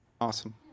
Awesome